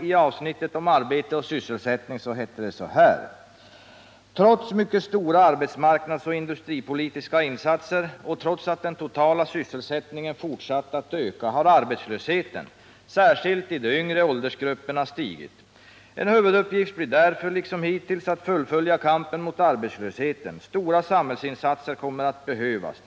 I avsnittet om arbete och sysselsättning hette det så här: ”Trots mycket stora arbetsmarknadsoch industripolitiska insatser och trots att den totala sysselsättningen fortsatt att öka har arbetslösheten särskilt 2 att öka sysselsättningen i yngre åldersgrupper stigit. En huvuduppgift blir därför liksom hittills att fullfölja kampen mot arbetslösheten. Stora samhällsinsatser kommer då att behövas.